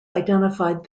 identified